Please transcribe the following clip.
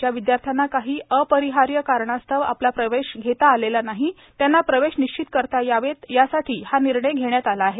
ज्या विदयार्थ्यांना काही अपरिहार्य कारणास्तव आपला प्रवेश घेता आलेला नाही त्यांना प्रवेश निश्चित करता यावेत यासाठी हा निर्णय घेतला आहे